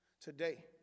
Today